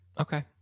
Okay